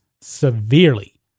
severely